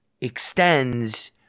extends